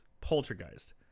Poltergeist